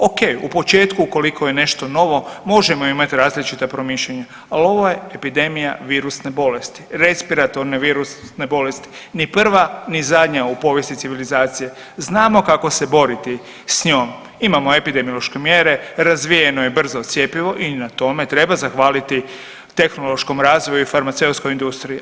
Ok, u početku ukoliko je nešto novo možemo imati različita promišljanja, ali ovo je epidemija virusne bolesti, respiratorne virusne bolesti, ni prva ni zadnja u povijesti civilizacije, znamo kako se boriti s njom, imamo epidemiološke mjere, razvijeno je brzo cjepivo i na tome treba zahvaliti tehnološkom razvoju i farmaceutskoj industriji.